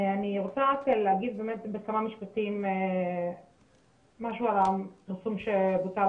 אני רוצה להגיד בכמה משפטים משהו על הפרסום שבוצע על